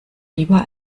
lieber